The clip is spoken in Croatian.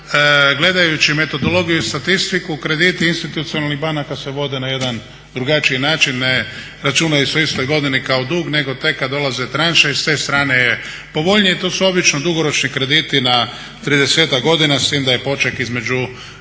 gledajući metodologiju i statistiku krediti institucionalnih banaka se vode na jedan drugačiji način, ne računaju se u istoj godini kao dug nego tek kad dolaze tranše i s te strane je povoljnije. To su obično dugoročni krediti na 30-ak godina s tim da je poček između